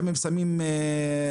גם אם שמים קרח,